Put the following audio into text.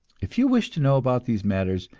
if you wish to know about these matters,